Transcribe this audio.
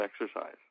exercise